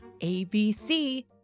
ABC